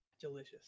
Delicious